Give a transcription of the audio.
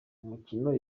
ariko